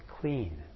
clean